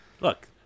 Look